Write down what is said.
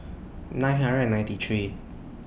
nine hundred and ninety three